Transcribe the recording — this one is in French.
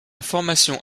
formation